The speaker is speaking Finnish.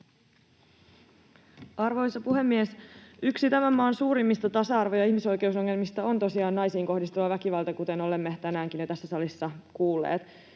Arvoisa puhemies! Yksi tämän maan suurimmista tasa-arvo- ja ihmisoikeusongelmista on tosiaan naisiin kohdistuva väkivalta, kuten olemme jo tänäänkin tässä salissa kuulleet.